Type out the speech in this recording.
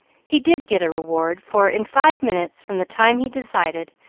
he did get a reward, for, in five minutes from the time he decided,